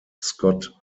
scott